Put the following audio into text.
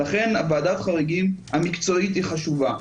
לכן וועדת החריגים המקצועית היא חשובה,